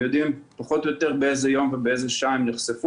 הם כן יודעים פחות או יותר באיזה יום ובאיזה שעה הם נחשפו,